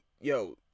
yo